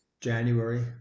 January